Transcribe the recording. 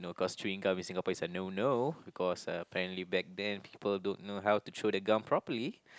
know cause chewing gum in Singapore is a no no because uh apparently back then people don't know how to throw the gum properly